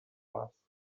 pass